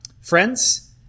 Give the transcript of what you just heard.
friends